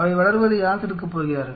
அவை வளர்வதை யார் தடுக்கப் போகிறார்கள்